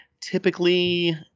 typically